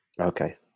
Okay